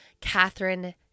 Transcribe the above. Catherine